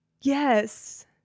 yes